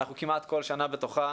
אנחנו כמעט כל שנה בתוכה,